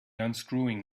unscrewing